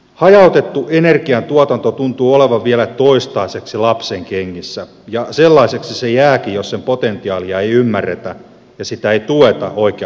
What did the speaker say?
hajautettu energiantuotanto tuntuu olevan vielä toistaiseksi lapsenkengissä ja sellaiseksi se jääkin jos sen potentiaalia ei ymmärretä ja sitä ei tueta oikealla tavalla